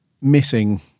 missing